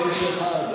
הכול באיש אחד,